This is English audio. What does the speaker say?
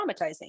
traumatizing